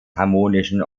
harmonischen